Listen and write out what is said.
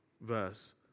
verse